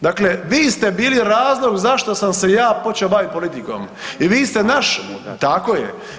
Dakle, vi ste bili razlog zašto sam se ja počeo baviti politikom i vi ste naš …… [[Upadica se ne razumije.]] Tako je.